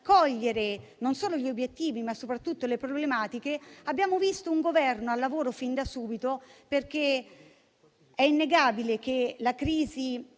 non solo gli obiettivi, ma soprattutto le problematiche, abbiamo visto un Governo al lavoro fin da subito, perché è innegabile che la crisi